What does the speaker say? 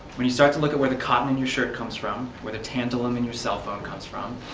when you start to look at where the cotton in your shirt comes from, where the tantalum in your cellphone comes from,